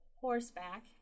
horseback